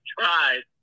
tried